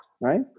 right